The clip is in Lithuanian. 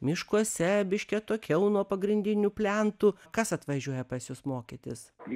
miškuose biški atokiau nuo pagrindinių plentų kas atvažiuoja pas jus mokytis